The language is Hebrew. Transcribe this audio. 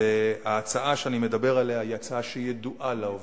וההצעה שאני מדבר עליה היא הצעה שידועה לעובדים,